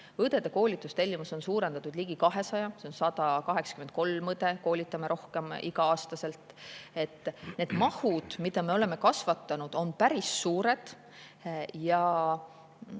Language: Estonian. Õdede koolitustellimust on suurendatud ligi 200 [võrra], 183 õde koolitame rohkem igal aastal. Need mahud, mida me oleme kasvatanud, on päris suured.